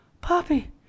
Poppy